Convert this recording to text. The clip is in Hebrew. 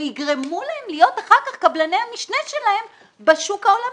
ויגרמו להם להיות אחר כך קבלני המשנה שלהם בשוק העולמי.